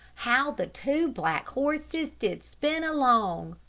how the two black horses did spin along!